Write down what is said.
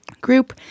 group